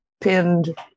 pinned